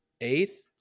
Eighth